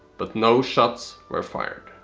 but no shots were fired.